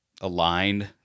aligned